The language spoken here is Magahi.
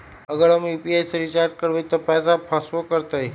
अगर हम यू.पी.आई से रिचार्ज करबै त पैसा फसबो करतई?